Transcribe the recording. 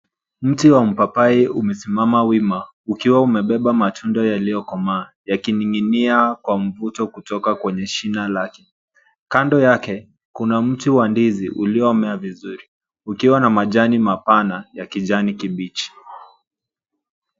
Mti wa mpapai umesimama wima ukiwa umebeba matunda yaliyokomaa, yakining'inia kwa mvuto kutoka kwenye shina lake. Kando yake kuna mti wa ndizi uliyomea vizuri, ukiwa na majani mapana ya kijani kibichi.